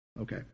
Okay